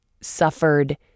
suffered